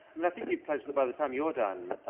and i think you've pledged that by the time you're done,